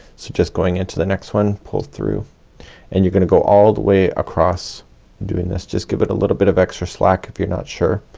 so just going into the next one pull through and you're gonna go all the way across doing this. just give it a little bit of extra slack if you're not sure.